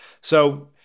So-